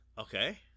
Okay